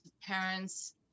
parents